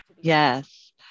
yes